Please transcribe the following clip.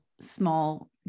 small